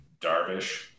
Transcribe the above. Darvish